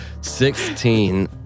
Sixteen